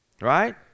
right